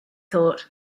thought